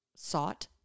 sought